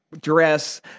dress